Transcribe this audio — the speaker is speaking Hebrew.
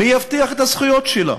מי יבטיח את הזכויות שלה?